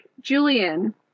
Julian